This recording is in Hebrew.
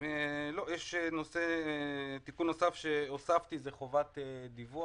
יש תיקון נוסף שהוספתי וזה חובת דיווח.